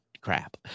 crap